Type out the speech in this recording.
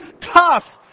tough